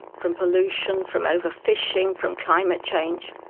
from pollution, from over-fishing, from climate change.